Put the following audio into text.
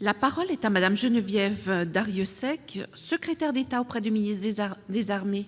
La parole est à Mme la secrétaire d'État auprès de la ministre des armées.